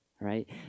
right